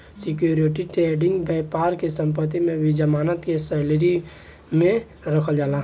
security trading बैपार में संपत्ति भी जमानत के शैली में रखल जाला